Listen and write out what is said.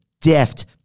deft